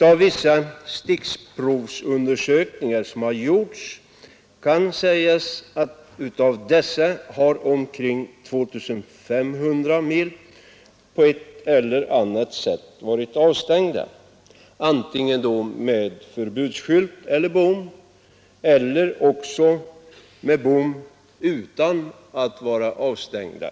Av vissa stickprovsundersökningar som gjorts framgår att av dessa vägar har omkring 2 500 mil på ett eller annat sätt varit avstängda, antingen med förbudsskylt eller bom — eller också spärrade med en bom utan att formellt vara avstängda.